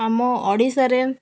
ଆମ ଓଡ଼ିଶାରେ